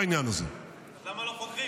פגיעה של ממש בסיכוי להשגת עסקה של חטופים,